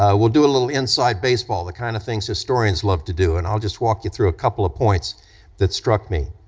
ah we'll do a little inside baseball, the kind of things historians love to do, and i'll just walk you through a couple of points that struck me.